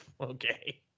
okay